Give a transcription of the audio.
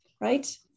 right